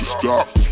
stop